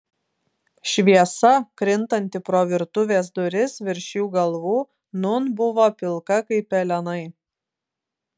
šviesa krintanti pro virtuvės duris virš jų galvų nūn buvo pilka kaip pelenai